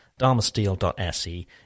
dharmasteel.se